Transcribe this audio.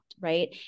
right